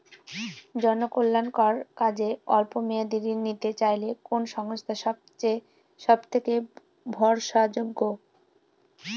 জনকল্যাণকর কাজে অল্প মেয়াদী ঋণ নিতে চাইলে কোন সংস্থা সবথেকে ভরসাযোগ্য?